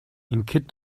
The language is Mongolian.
ингэхэд